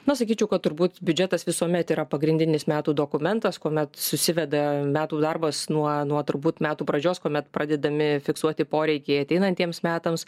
na sakyčiau kad turbūt biudžetas visuomet yra pagrindinis metų dokumentas kuomet susiveda metų darbas nuo nuo turbūt metų pradžios kuomet pradedami fiksuoti poreikiai ateinantiems metams